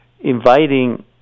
inviting